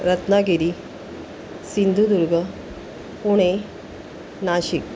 Ratnagiri Sindhudurg Pune Nashik